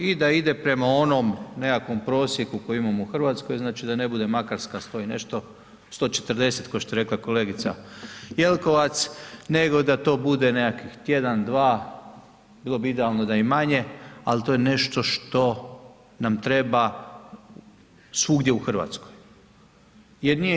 I da ide prema onom nekakvom prosjeku koji imamo u Hrvatskoj, znači da ne bude Makarska 100 i nešto, 140, kao što je rekla kolegica, Jelkovac, nego da to bude nekakvih tjedan, dva, bilo bi idealno da i manje, ali to je nešto što nam treba svugdje u Hrvatskoj.